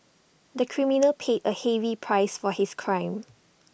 the criminal paid A heavy price for his crime